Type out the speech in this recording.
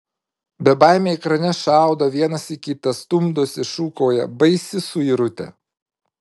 bebaimiai ekrane šaudo vienas į kitą stumdosi šūkauja baisi suirutė